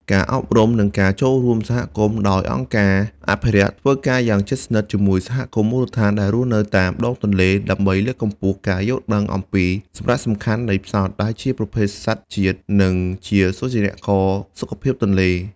ការអប់រំ និងការចូលរួមសហគមន៍ដោយអង្គការអភិរក្សធ្វើការយ៉ាងជិតស្និទ្ធជាមួយសហគមន៍មូលដ្ឋានដែលរស់នៅតាមដងទន្លេ ដើម្បីលើកកម្ពស់ការយល់ដឹងអំពីសារៈសំខាន់នៃផ្សោត ដែលជាប្រភេទសត្វជាតិ និងជាសូចនាករសុខភាពទន្លេ។